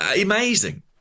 amazing